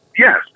Yes